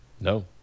No